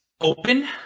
open